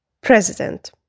president